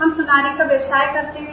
हम सोनारी का व्यवसाय करते है